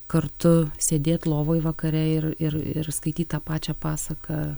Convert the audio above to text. kartu sėdėt lovoj vakare ir ir ir skaityt tą pačią pasaką